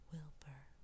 Wilbur